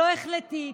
לא החלטית,